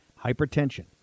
Hypertension